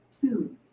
Two